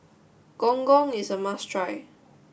Gong Gong is a must try